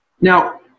Now